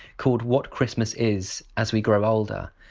called what christmas is as we grow older,